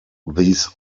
these